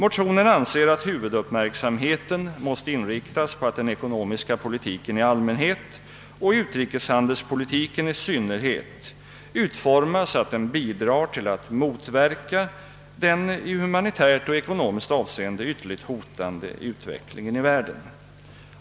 Motionärerna anser att huvuduppmärksamheten måste inriktas på att den ekonomiska politiken i allmänhet och utrikeshandelspolitiken i synnerhet utformas så, att den bidrar till att motverka den i humanitärt och ekonomiskt avseende ytterligt hotande utvecklingen i världen.